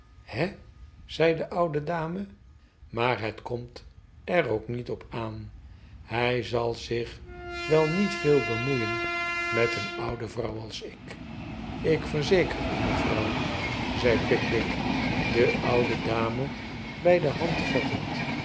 he zei de oude dame maar het komt er ook niet op aan hij zal zich wei niet veel bemoeien met een oude vrouw als ik ik verzeker u me vrouw zei pickwick de oude dame bij de